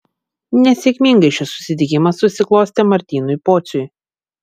nesėkmingai šis susitikimas susiklostė martynui pociui